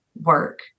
work